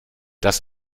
das